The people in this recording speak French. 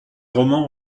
romans